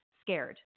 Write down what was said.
scared